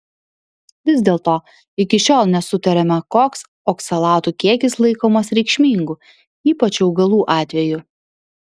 vis dėlto iki šiol nesutariama koks oksalatų kiekis laikomas reikšmingu ypač augalų atveju